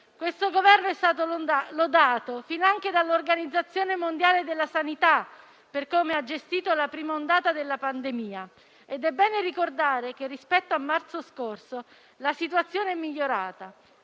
Questo Governo è stato lodato finanche dall'Organizzazione mondiale della sanità per come ha gestito la prima ondata della pandemia ed è bene ricordare che rispetto a marzo scorso la situazione è migliorata.